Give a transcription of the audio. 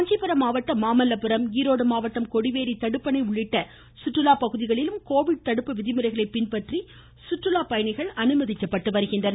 காஞ்சிபுரம் மாவட்டம் மாமல்லபுரம் ஈரோடு மாவட்டம் கொடிவேரி தடுப்பணை உள்ளிட்ட சுற்றுலாப் பகுதிகளிலும் கோவிட் தடுப்பு விதிமுறைகளைப் பின்பற்றி சுற்றுலாப் பயணிகள் அனுமதிக்கப்படுகின்றனர்